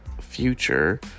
future